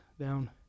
down